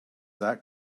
that